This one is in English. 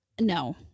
No